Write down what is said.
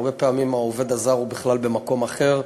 הרבה פעמים העובד הזר הוא בכלל במקום אחר,